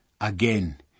again